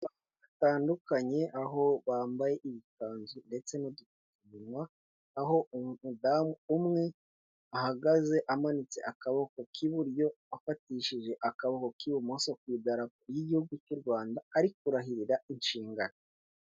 Batandukanye, aho bambaye ibikanzu ndetse n'udupfukamunwa, aho umudamu umwe ahagaze amanitse akaboko k'iburyo afatishije akabokobo k'ibumoso ku idarapo ry'igihugu cy'u Rwanda ari kurahira inshingano.